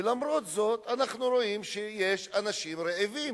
ולמרות זאת אנחנו רואים שיש אנשים רעבים.